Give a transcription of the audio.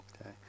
Okay